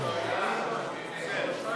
גם מוסרת.